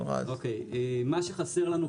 מה שחסר לנו,